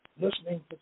listening